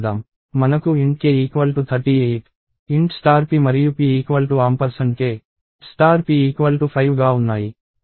మనకు int k 38 int p మరియు p k p 5 గా ఉన్నాయి